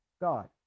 God